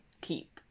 keep